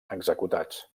executats